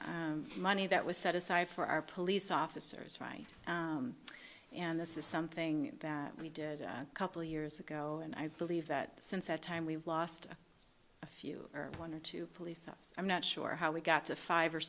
of money that was set aside for our police officers right and this is something that we did a couple years ago and i believe that since that time we've lost a few or one or two police stops i'm not sure how we got to five or